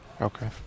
Okay